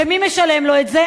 ומי משלם לו את זה?